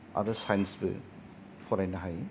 आरो साइन्सबो फरायनो हायो